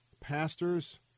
pastors